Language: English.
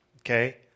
okay